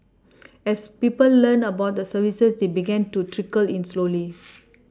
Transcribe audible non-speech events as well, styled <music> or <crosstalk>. <noise> as people learnt about the services they began to trickle in slowly <noise>